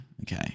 Okay